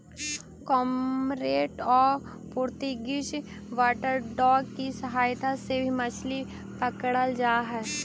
cormorant और Portuguese water dog की सहायता से भी मछली पकड़रल जा हई